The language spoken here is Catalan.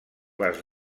les